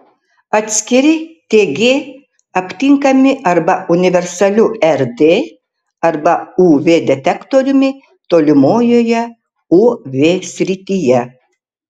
atskirti tg aptinkami arba universaliu rd arba uv detektoriumi tolimojoje uv srityje